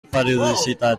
periodicitat